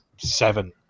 seven